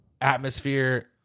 atmosphere